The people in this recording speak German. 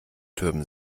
türmen